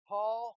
Paul